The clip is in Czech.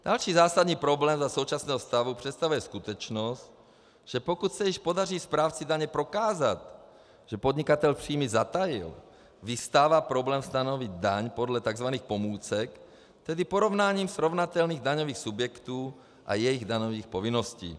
Další zásadní problém za současného stavu představuje skutečnost, že pokud se již podaří správci daně prokázat, že podnikatel příjmy zatajil, vyvstává problém stanovit daň podle takzvaných pomůcek, tedy porovnáním srovnatelných daňových subjektů a jejich daňových povinností.